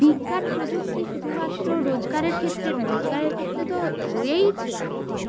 বিজ্ঞান প্রযুক্তি শুধুমাত্র রোজগারের ক্ষেত্রে নয় রোজগারের ক্ষেত্রে তো রয়েইছে